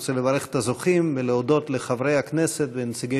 אני רוצה לברך את הזוכים ולהודות לחברי הכנסת ולנציגי